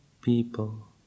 people